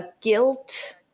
guilt